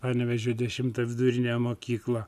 panevėžio dešimtą vidurinę mokyklą